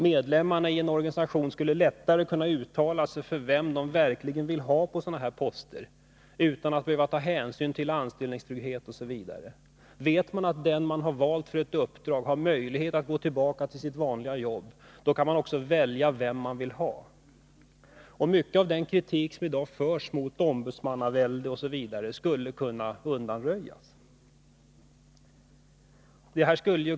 Medlemmarna i en organisation skulle lättare kunna uttala sig om vem de verkligen vill ha på en sådan post, utan att behöva ta hänsyn till anställningstrygghet osv. Vet man att de personer som man har att välja mellan för ett uppdrag har möjlighet att gå tillbaka till sina vanliga jobb, kan man också välja den som man verkligen vill ha. Mycket av grunden för den kritik som i dag talar om ombudsmannavälde osv. skulle kunna undanröjas.